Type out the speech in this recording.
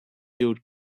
build